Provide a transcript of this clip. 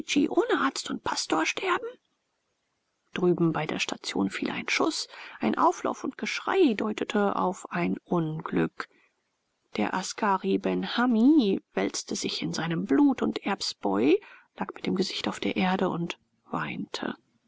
ohne arzt und pastor sterben drüben bei der station fiel ein schuß ein auflauf und geschrei deutete auf ein unglück der askari benhammi wälzte sich in seinem blut und erbs boy lag mit dem gesicht auf der erde und weinte